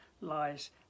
lies